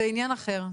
זה עניין אחר.